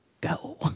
go